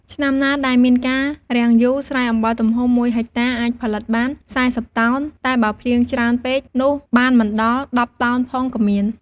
ឆ្នាំណាដែលមានការរាំងយូរ ស្រែអំបិលទំហំមួយហិកតាអាចផលិតបាន៤០តោន តែបើភ្លៀងច្រើនពេក នោះបានមិនដល់១០តោនផងក៏មាន។